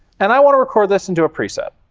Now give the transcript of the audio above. and i want to record this into a preset.